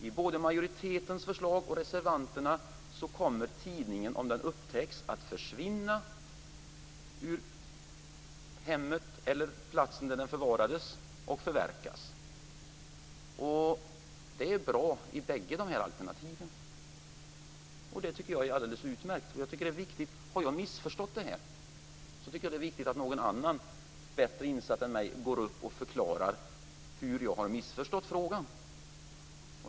I både majoritetens förslag och i reservanternas förslag kommer tidningen om den upptäcks att försvinna ur hemmet eller från platsen där den förvarades och förverkas. Det är bra i bägge dessa alternativ. Det tycker jag är alldeles utmärkt. Om jag har missförstått detta är det viktigt att någon annan som är bättre insatt än jag går upp och förklarar hur jag har missförstått frågan.